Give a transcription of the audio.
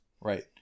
Right